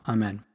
Amen